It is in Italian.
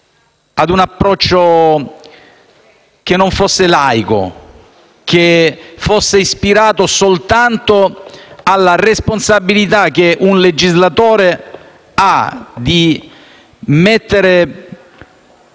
ad un approccio che non fosse laico, che ognuno di noi fosse ispirato soltanto dalla responsabilità, che un legislatore ha, di porre